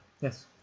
yes